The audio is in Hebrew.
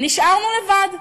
נשארנו לבד.